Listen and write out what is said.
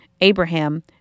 Abraham